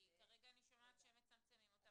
כי כרגע אני שומעת שהם מצמצמים אותה